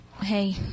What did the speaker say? Hey